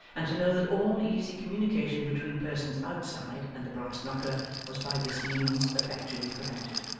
and to know that all easy communication between persons outside and the brass knocker was by this means effectually prevented.